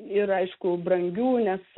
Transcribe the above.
ir aišku brangių nes